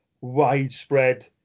widespread